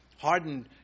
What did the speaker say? hardened